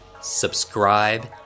subscribe